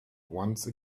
once